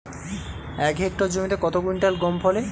এক হেক্টর জমিতে কত কুইন্টাল গম ফলে?